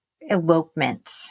elopement